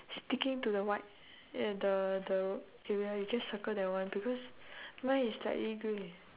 sticking to the white at the the area you just circle that one because mine is slightly grey